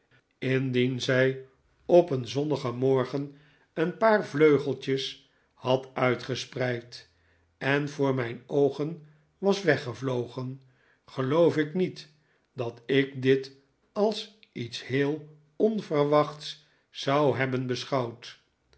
indien zij op een zonnigen morgen een paar vleugeltjes had uitgespreid en voor mijn oogen was weggevlogen geloof ik niet dat ik dit als iets heel onverwachts zou hebben beschouwd